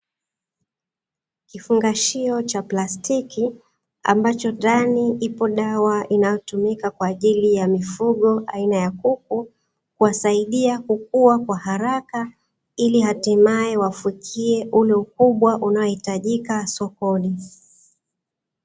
Kifungashio cha plastiki, ambapo ndani ipo dawa inayotumika kwajili ya mifugo aina ya kuku kuwasaidia kukua kwa haraka ili hatimaye wafikie ukubwa unaohitajika sokoni.